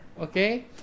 okay